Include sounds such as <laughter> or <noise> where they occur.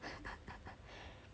<laughs>